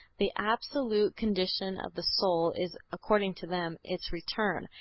the absolute condition of the soul is, according to them, its return,